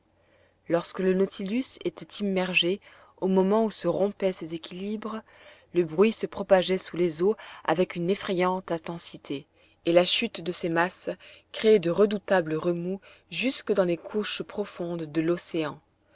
lorsque le nautilus était immergé au moment où se rompaient ces équilibres le bruit se propageait sous les eaux avec une effrayante intensité et la chute de ces masses créait de redoutables remous jusque dans les couches profondes de l'océan